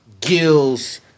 Gills